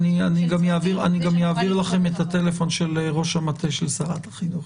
אני גם אעביר לכם את מספר הטלפון של ראש המטה של שרת החינוך.